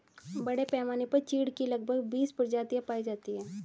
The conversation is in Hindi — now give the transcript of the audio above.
बड़े पैमाने पर चीढ की लगभग बीस प्रजातियां पाई जाती है